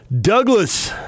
Douglas